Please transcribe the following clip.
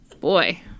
Boy